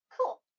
cool